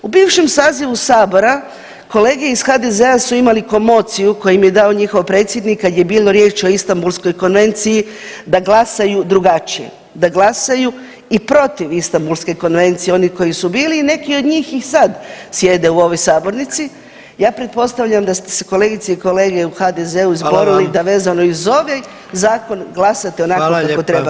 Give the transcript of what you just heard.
U bivšem sazivu sabora kolege iz HDZ-a su imali komociju koju im je dao njihov predsjednik kad je bilo riječ o Istambulskoj konvenciji da glasaju drugačije, da glasaju i protiv Istambulske konvencije oni koji su bili i neki od njih i sad sjede u ovoj sabornici, ja pretpostavljam da ste se kolegice i kolege u HDZ-u izborili da vezano i uz ovaj zakon glasate onako kako treba glasat.